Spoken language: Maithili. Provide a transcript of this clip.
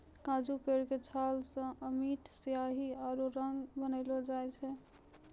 काजू पेड़ के छाल सॅ अमिट स्याही आरो रंग बनैलो जाय छै